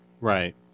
Right